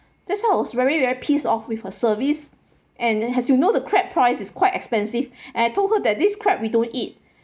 that's why I was very very pissed off with her service and as you know the crab price is quite expensive and I told her that this crab we don't eat